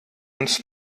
uns